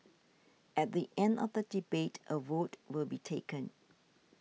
at the end of the debate a vote will be taken